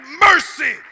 mercy